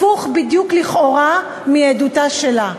הפוך בדיוק, לכאורה, מעדותה שלה.